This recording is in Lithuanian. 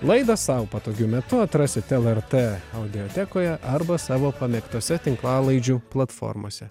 laidą sau patogiu metu atrasit lrt audiotekoje arba savo pamėgtose tinklalaidžių platformose